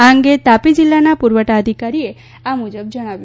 આ અંગે તાપી જીલ્લાના પુરવઠા અધિકારીએ આ મુજબ જણાવ્યું